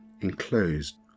enclosed